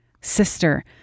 sister